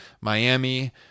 Miami